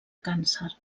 càncer